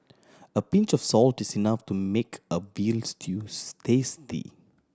a pinch of salt is enough to make a veal stews tasty